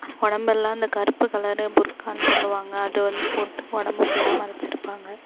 உடம்பெல்லாம் அந்த கருப்பு கலர் புர்க்கான்னு சொல்லுவாங்க அதை வந்து போட்டு உடம்பு ஃபுல்லாக மறைச்சிருப்பாங்க